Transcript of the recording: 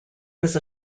was